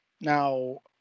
Now